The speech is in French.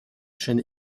chaîne